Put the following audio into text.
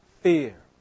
fear